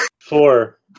Four